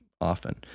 often